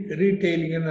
retailing